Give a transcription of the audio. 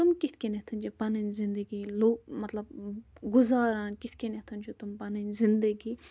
تٕم کِتھ کٔنٮ۪تھ چھِ پَنٕنۍ زِندگی لوٗکھ مطلب گُزاران کِتھ کٔنٮ۪تھ چھِ تِم پَنٕنۍ زِندگی